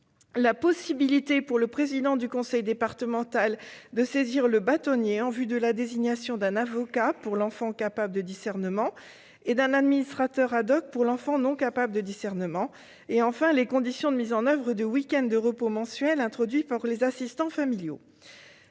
la possibilité pour le président du conseil départemental de saisir le bâtonnier en vue de la désignation d'un avocat pour l'enfant capable de discernement et d'un administrateur pour l'enfant non capable de discernement, les conditions de mise en oeuvre du week-end de repos mensuel introduit pour les assistants familiaux.